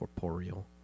Corporeal